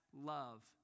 love